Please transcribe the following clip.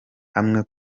hamwe